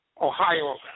Ohio